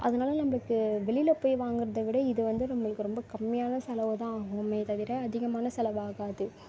அதனால நம்மளுக்கு வெளியில் போய் வாங்குறதை விட இது வந்து நம்மளுக்கு ரொம்ப கம்மியான செலவுதான் ஆகுமே தவிர அதிகமான செலவு ஆகாது